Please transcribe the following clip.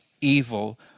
evil